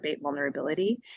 vulnerability